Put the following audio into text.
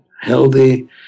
healthy